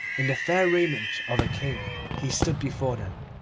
in the fair raiment of a king he stood before them,